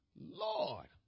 Lord